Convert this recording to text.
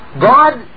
God